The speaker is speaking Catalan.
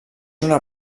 una